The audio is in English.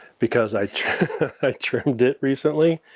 because i i trimmed it recently,